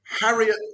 Harriet